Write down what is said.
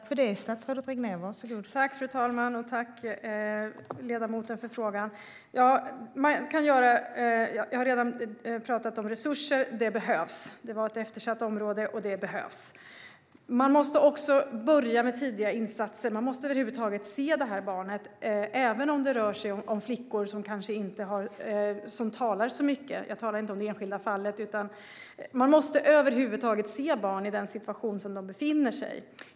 Fru talman! Jag tackar ledamoten för frågan. Jag har redan talat om resurser. Det var ett eftersatt område, och det behövs. Man måste börja med tidiga insatser. Man måste över huvud taget se barnet, även om det rör sig om flickor som kanske inte talar så mycket. Jag talar inte om det enskilda fallet. Man måste se barn i den situation som de befinner sig.